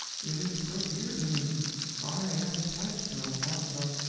it is so dear to me i am pledged to elfonzo.